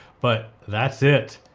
but that's it.